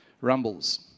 rumbles